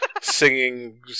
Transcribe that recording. singing